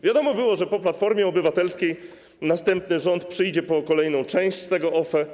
Wiadomo było, że po Platformie Obywatelskiej następny rząd przyjdzie po kolejną część tego OFE.